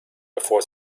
bevor